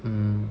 mm